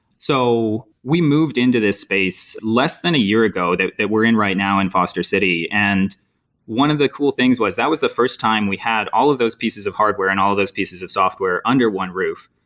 so we moved into this space less than a year ago that that we're in right now in foster city, and one of the cool things was that was the first time we had all of those pieces of hardware and all of those pieces of software under one roof.